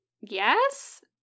Yes